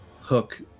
hook